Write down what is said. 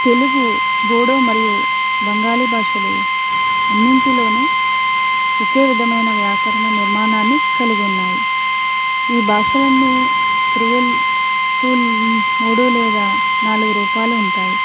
తెలుగు బోడో మరియు బెంగాలీ భాషలు అన్నింటిలోనూ ఒకే విధమైన వ్యాకరణ నిర్మాణాన్ని కలిగి ఉన్నాయి ఈ భాషలు అన్నీ క్రియలకు మూడో లేదా నాలుగు రూపాలు ఉంటాయి